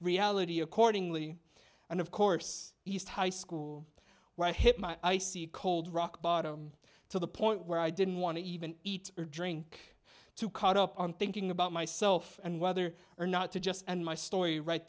reality accordingly and of course east high school when i hit my icy cold rock bottom to the point where i didn't want to even eat or drink too caught up on thinking about myself and whether or not to just and my story right